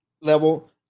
level